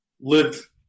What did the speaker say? live